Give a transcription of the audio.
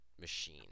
machine